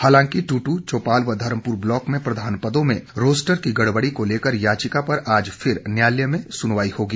हालांकि टूटू चौपाल व धर्मपुर ब्लॉक में प्रधान पदों में रोस्टर की गड़बड़ी को लेकर याचिका पर आज फिर न्यालय में सुनवाई होगी